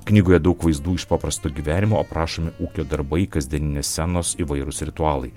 knygoje daug vaizdų iš paprasto gyvenimo aprašomi ūkio darbai kasdieninės scenos įvairūs ritualai